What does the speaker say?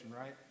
right